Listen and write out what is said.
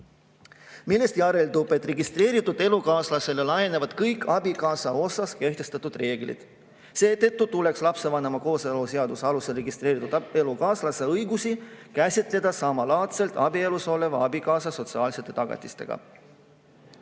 Millest järeldub, et registreeritud elukaaslasele laienevad kõik abikaasa osas kehtestatud reeglid. Seetõttu tuleks lapse vanema kooseluseaduse alusel registreeritud elukaaslase õigusi käsitleda samalaadselt abielus oleva abikaasa sotsiaalsete tagatistega.